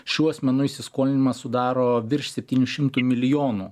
šių asmenų įsiskolinimas sudaro virš septynių šimtų milijonų